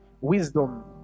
Wisdom